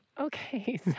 Okay